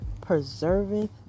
preserveth